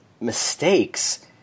mistakes –